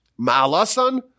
maalasan